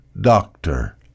doctor